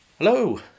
Hello